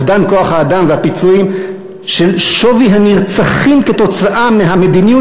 אובדן כוח-האדם והפיצויים של שווי הנרצחים כתוצאה מהמדיניות